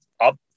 up